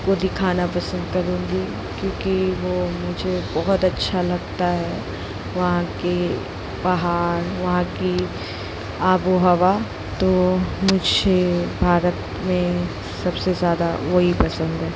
को दिखाना पसंद करुँगी क्यूंकि वो मुझे बहुत अच्छा लगता है वहाँ के पहाड़ वहाँ की आबो हवा तो मुझे भारत में सबसे ज़्यादा वही पसंद है